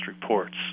reports